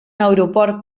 aeroport